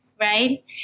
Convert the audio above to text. right